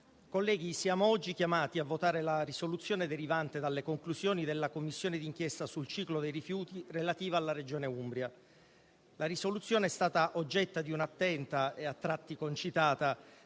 colleghi, siamo oggi chiamati a votare la risoluzione derivante dalle conclusioni della Commissione di inchiesta sul ciclo dei rifiuti relativa alla Regione Umbria. La risoluzione è stata oggetto di un'attenta e a tratti concitata